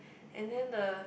and then the